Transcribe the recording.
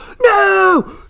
no